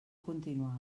continuava